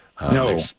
no